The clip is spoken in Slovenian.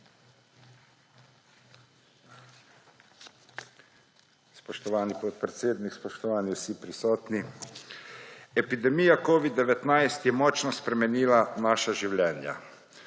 Spoštovani podpredsednik. Spoštovani vsi prisotni! Epidemija covida-19 je močno spremenila naša življenja.